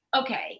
Okay